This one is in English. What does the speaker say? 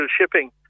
shipping